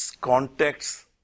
context